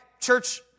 church